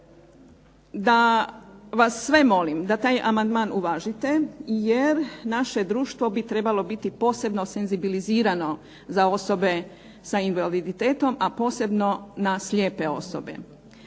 da vas sve molim da taj amandman uvažite jer naše društvo bi trebalo biti posebno senzibilizirano za osobe s invaliditetom, a posebno na slijepe osobe.